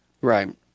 Right